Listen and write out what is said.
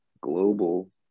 Global